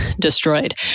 destroyed